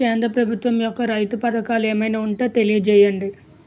కేంద్ర ప్రభుత్వం యెక్క రైతు పథకాలు ఏమైనా ఉంటే తెలియజేయండి?